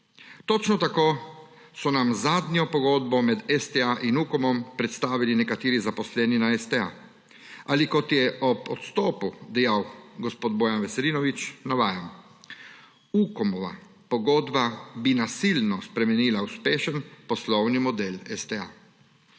Točno tako so nam zadnjo pogodbo med STA in UKOM-om predstavili nekateri zaposleni na STA, ali kot je ob odstopu dejal gospod Bojan Veselinovič, navajam, »UKOMOVA pogodba bi nasilno spremenila uspešen poslovni model STA.«